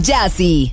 Jazzy